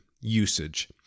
usage